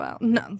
no